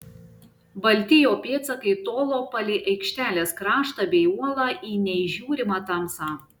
balti jo pėdsakai tolo palei aikštelės kraštą bei uolą į neįžiūrimą tamsą